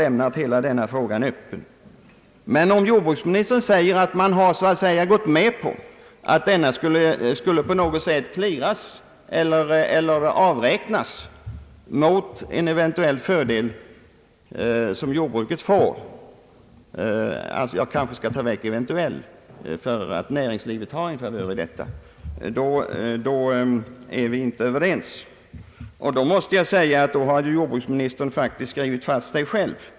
Därför har hela denna fråga lämnats öppen. Men om jordbruksministern säger att jordbruket gått med på att traktorskat ten på något sätt skulle avräknas eller clearas mot den fördel som jordbruket får genom att momsen ersätter omsen är vi inte överens. Om det är så, har jordbruksministern faktiskt skrivit fast sig själv.